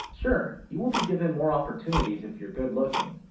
sure you will be given more opportunities if you're good looking